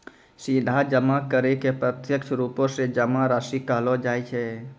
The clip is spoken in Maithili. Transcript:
सीधा जमा करै के प्रत्यक्ष रुपो से जमा राशि कहलो जाय छै